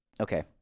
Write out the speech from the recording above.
okay